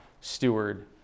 steward